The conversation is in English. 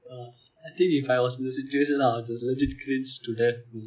I think if I was in your situation I will just legit cringed to death